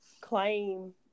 claim